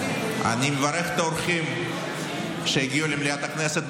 אני מברך את האורחים שהגיעו למליאת הכנסת.